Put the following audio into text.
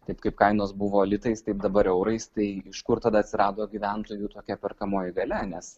taip kaip kainos buvo litais taip dabar eurais tai iš kur tada atsirado gyventojų tokia perkamoji galia nes